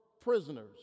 prisoners